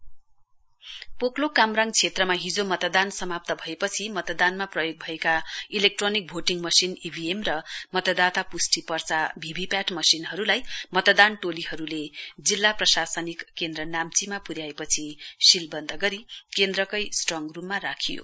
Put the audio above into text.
EVM and VVPAT sealed Poklok Kamrang क्षेत्रमा हिजो मतदान समाप्त भएपछि मतदानमा प्रयोग भएका इलेक्ट्रोनिक भोटिङ मशिन ईभीएम र मतदाता पुष्टि पर्चा भीभीपेट मशिनहरूलाई मतदान टोलीहरूले जिल्ला प्रशासनिक केन्द्र नाम्चीमा पुयाएपछि शीलबन्द गरी केन्द्रकै स्ट्रङ रूममा राखियो